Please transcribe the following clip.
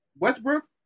Westbrook